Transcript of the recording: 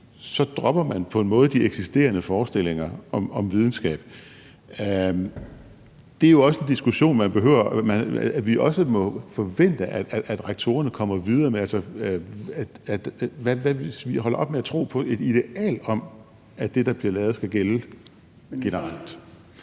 dropper man på en måde de eksisterende forestillinger om videnskab. Det er jo også en diskussion, vi må forvente at rektorerne kommer videre med. Altså, hvad nu, hvis vi holder op med at tro på et ideal om, at det, der bliver lavet, skal gælde generelt?